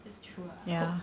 that's true I hope